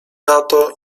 tato